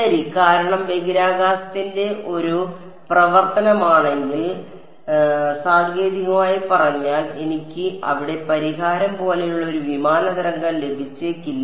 ശരി കാരണം ബഹിരാകാശത്തിന്റെ ഒരു പ്രവർത്തനമാണെങ്കിൽ സാങ്കേതികമായി പറഞ്ഞാൽ എനിക്ക് അവിടെ പരിഹാരം പോലെയുള്ള ഒരു വിമാന തരംഗം ലഭിച്ചേക്കില്ല